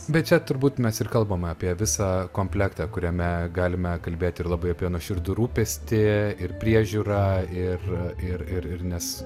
bet čia turbūt mes ir kalbam apie visą komplektą kuriame galime kalbėti ir labai apie nuoširdų rūpestį ir priežiūrą ir ir ir ir nes